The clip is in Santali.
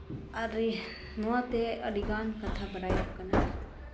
ᱟᱨ ᱱᱚᱣᱟᱛᱮ ᱟᱹᱰᱤᱜᱟᱱ ᱠᱟᱛᱷᱟ ᱵᱟᱰᱟᱭᱚᱜ ᱠᱟᱱᱟ